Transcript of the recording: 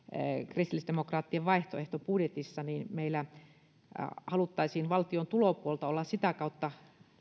kristillisdemokraattien vaihtoehtobudjetissa haluttaisiin valtion tulopuolta olla sitä kautta